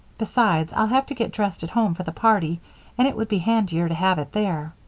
besides, i'll have to get dressed at home for the party and it would be handier to have it there.